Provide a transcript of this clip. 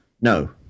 no